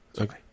Okay